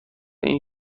این